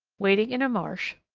wading in a marsh,